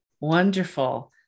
Wonderful